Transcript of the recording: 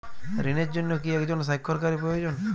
ঋণের জন্য কি একজন স্বাক্ষরকারী প্রয়োজন?